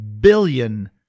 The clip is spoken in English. billion